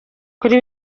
kuri